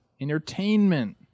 Entertainment